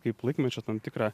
kaip laikmečio tam tikrą